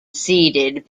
seeded